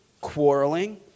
quarreling